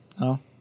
no